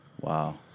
Wow